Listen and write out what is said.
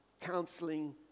counseling